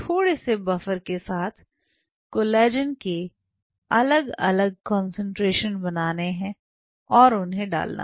थोड़े से बफर के साथ कोलेजन के अलग अलग कंसंट्रेशन बनाने हैं और उन्हें डालना है